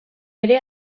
ere